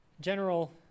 General